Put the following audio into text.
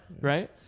Right